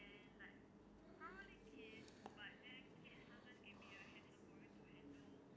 if happiness were the currency or it means you can like you know take care of the animals like